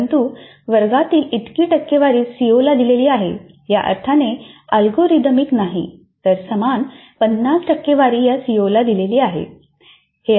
परंतु वर्गातील इतकी टक्केवारी सीओला दिलेली आहे या अर्थाने अल्गोरिथमिक नाही तर समान 50 टक्केवारी या सीओला दिलेली आहे